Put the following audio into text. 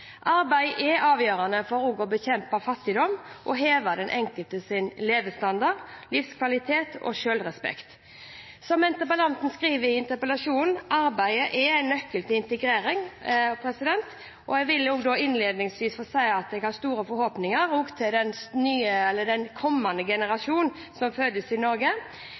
Arbeid er også avgjørende for å bekjempe fattigdom og for å heve den enkeltes levestandard, livskvalitet og selvrespekt. Som interpellanten skriver i interpellasjonen: «Arbeid er en nøkkel til integrering.» Og jeg vil innledningsvis si at jeg har store forhåpninger til de kommende generasjonene som fødes i Norge,